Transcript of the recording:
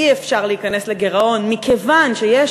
אי-אפשר להיכנס לגירעון מכיוון שיש